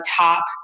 top